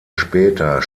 später